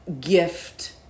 gift